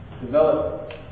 Develop